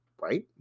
right